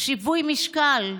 שיווי משקל,